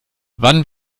wann